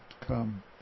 come